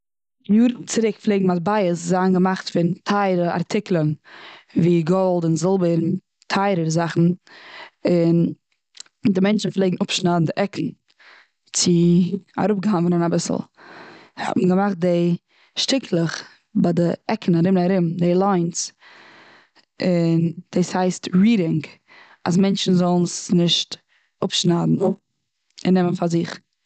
יארן צוריק פלעגן מטבעות זיין געמאכט פון טייערע ארטיקלען ווי גאלד, און זילבער, און די מענטשן פלעגן אפשניידן די עקן צו אראפגנב'נען אביסל. האט מען געמאכט דעי שטיקלעך ביי די עקן ארום און ארום די ליינס און דאס הייסט רינדכיג אז מענטשן זאלן עס נישט אפשניידן און נעמען פאר זיך.